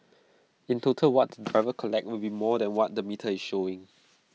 in total what the drivers collect will be more than what the metre is showing